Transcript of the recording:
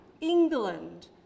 England